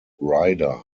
ryder